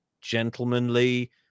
gentlemanly